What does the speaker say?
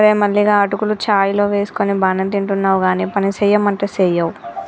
ఓరే మల్లిగా అటుకులు చాయ్ లో వేసుకొని బానే తింటున్నావ్ గానీ పనిసెయ్యమంటే సెయ్యవ్